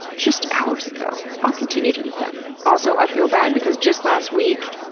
just, hours ago. i'll continue to eat them. also i feel bad because just last week,